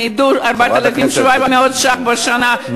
הם איבדו 4,700 ש"ח בשנה,